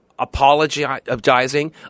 apologizing